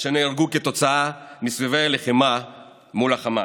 שנהרגו כתוצאה מסבבי הלחימה מול החמאס.